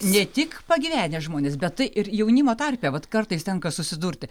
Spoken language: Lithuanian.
ne tik pagyvenę žmonės bet tai ir jaunimo tarpe vat kartais tenka susidurti